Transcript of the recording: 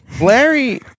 Larry